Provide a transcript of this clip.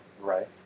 Right